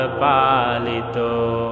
palito